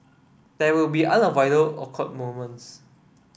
there will be unavoidable awkward moments